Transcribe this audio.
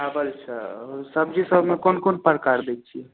आबै छऽ सब्जीसबमे कोन कोन प्रकार दै छियै